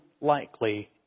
likely